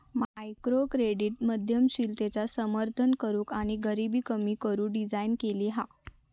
microcredit उद्यमशीलतेचा समर्थन करूक आणि गरीबी कमी करू डिझाईन केली हा